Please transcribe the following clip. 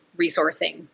resourcing